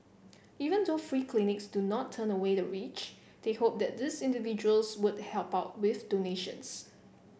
even though free clinics do not turn away the rich they hope that these individuals would help out with donations